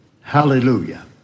Hallelujah